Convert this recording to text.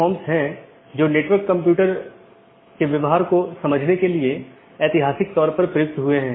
वोह इसको यह ड्रॉप या ब्लॉक कर सकता है एक पारगमन AS भी होता है